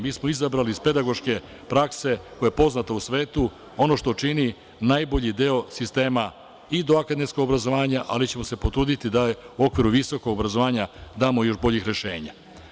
Mi smo izabrali iz pedagoške prakse, koja je poznata u svetu, ono što čini najbolji deo sistema i do akademskog obrazovanja, ali ćemo se potruditi da u okviru visokog obrazovanja damo još boljih rešenja.